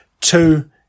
two